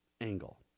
angle